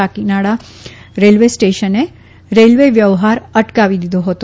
Kakinada railway સ્ટેશને railway વ્યવહાર અટકાવી દીધો હતો